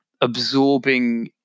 absorbing